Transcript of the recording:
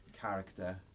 character